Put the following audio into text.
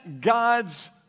God's